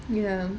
ya